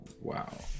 wow